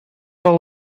all